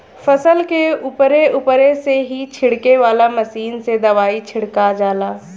फसल के उपरे उपरे से ही छिड़के वाला मशीन से दवाई छिड़का जाला